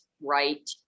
right